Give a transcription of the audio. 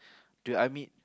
dude I meet